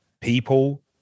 people